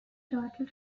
total